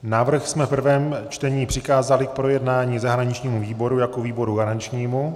Návrh jsme v prvém čtení přikázali k projednání zahraničnímu výboru jako výboru garančnímu.